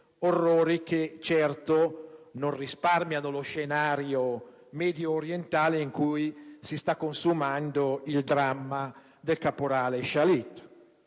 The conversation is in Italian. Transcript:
orrori che certo non risparmiano lo scenario mediorientale in cui si sta consumando il dramma del caporale Shalit